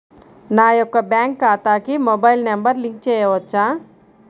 నా యొక్క బ్యాంక్ ఖాతాకి మొబైల్ నంబర్ లింక్ చేయవచ్చా?